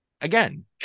Again